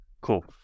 Cool